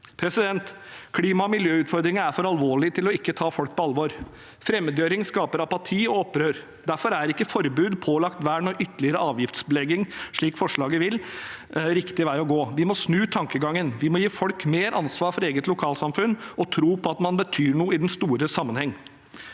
Klima- og miljøutfordringene er for alvorlige til å ikke ta folk på alvor. Fremmedgjøring skaper apati og opprør. Derfor er ikke forbud, pålagt vern og ytterligere avgiftsbelegging, slik forslaget vil, riktig vei å gå. Vi må snu tankegangen. Vi må gi folk mer ansvar for eget lokalsamfunn og tro på at man betyr noe i den store sammenheng.